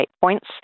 points